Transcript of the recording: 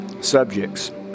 subjects